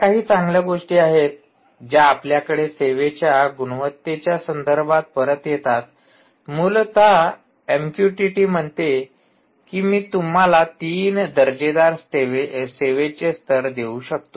ज्या काही चांगल्या गोष्टी आहेत ज्या आपल्याकडे सेवेच्या गुणवत्तेच्या संदर्भात परत येतात मूलत एमक्युटीटी म्हणते कि मी तुम्हाला तीन दर्जेदार सेवेचे स्तर देऊ शकतो